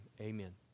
Amen